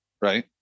Right